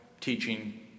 teaching